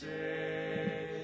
say